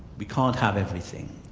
we can't have everything.